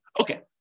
Okay